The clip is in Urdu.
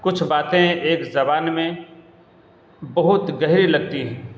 کچھ باتیں ایک زبان میں بہت گہری لگتی ہیں